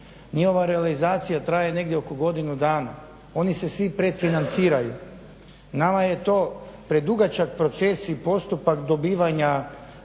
Njihova realizacija traje negdje oko godinu dana, oni se svi predfinanciraju. Nama je to predugačak proces i postupak dobivanja